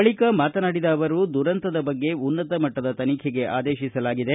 ಬಳಿಕ ಮಾತನಾಡಿದ ಅವರು ದುರಂತದ ಬಗ್ಗೆ ಉನ್ನತ ಮಟ್ಟದ ತನಿಖೆಗೆ ಆದೇಶಿಸಲಾಗಿದೆ